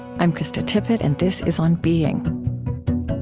i'm krista tippett, and this is on being